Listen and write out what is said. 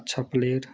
अच्छा प्लेयर